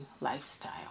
lifestyle